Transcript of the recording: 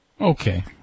Okay